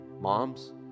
moms